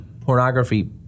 pornography